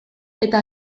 eta